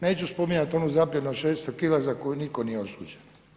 Neću spominjati onu zapljenu od 600 kila za koju nitko nije osuđen.